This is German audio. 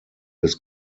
des